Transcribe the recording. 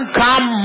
come